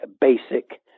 basic